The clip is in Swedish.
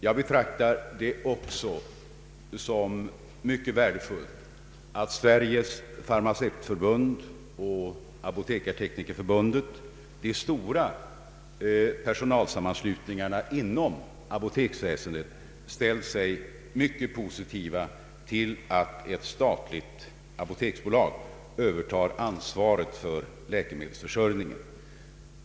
Jag betraktar det också som mycket värdefullt att Sveriges Farmacevtförbund och Apoteksteknikerförbundet — de stora personalsammanslutningarna inom <apoteksväsendet — ställt sig mycket positiva till att ett statligt apoteksbolag övertar ansvaret för läkemedelsförsörjningen.